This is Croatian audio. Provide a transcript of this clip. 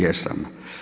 Jesam.